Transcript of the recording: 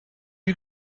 you